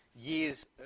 years